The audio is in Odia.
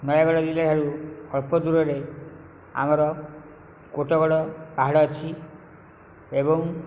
ନୟାଗଡ଼ ଜିଲ୍ଲା ଠାରୁ ଅଳ୍ପ ଦୂରରେ ଆମର କୋଟଗଡ଼ ପାହାଡ଼ ଅଛି ଏବଂ